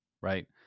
right